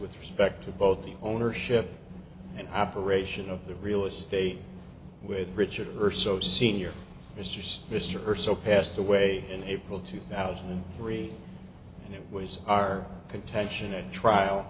with respect to both the ownership and operation of the real estate with richard or so senior officers mr urso passed away in april two thousand and three and it was our contention at trial